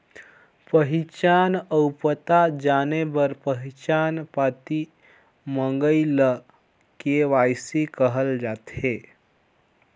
पहिचान अउ पता जाने बर पहिचान पाती मंगई ल के.वाई.सी कहल जाथे